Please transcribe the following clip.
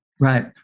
Right